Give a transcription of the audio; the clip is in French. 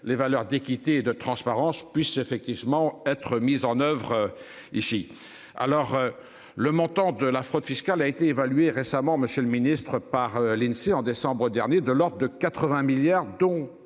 les valeurs d'équité et de transparence puisse effectivement être mise en oeuvre ici alors. Le montant de la fraude fiscale a été évaluée récemment Monsieur le Ministre par l'Insee en décembre dernier, de l'ordre de 80 milliards, dont